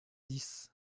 dix